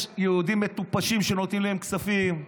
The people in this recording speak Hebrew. יש יהודים מטופשים שנותנים להם כספים.